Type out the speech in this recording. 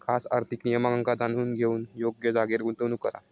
खास आर्थिक नियमांका जाणून घेऊन योग्य जागेर गुंतवणूक करा